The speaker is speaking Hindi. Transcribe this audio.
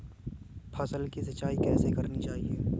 फसल की सिंचाई कैसे करनी चाहिए?